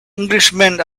englishman